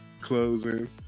closing